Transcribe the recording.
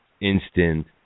Instant